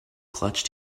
clutch